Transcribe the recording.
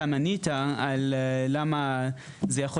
בכל השיקולים שאתה מנית על למה זה יכול